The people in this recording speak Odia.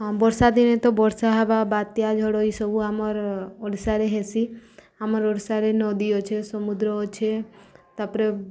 ହଁ ବର୍ଷା ଦିନେ ତ ବର୍ଷା ହେବା ବାତ୍ୟା ଝଡ଼ ଏଇସବୁ ଆମର ଓଡ଼ିଶାରେ ହେସି ଆମର ଓଡ଼ିଶାରେ ନଦୀ ଅଛେ ସମୁଦ୍ର ଅଛେ ତାପରେ